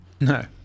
No